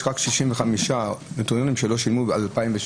יש רק 55 נוטריונים שלא שילמו ב-2016.